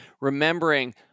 remembering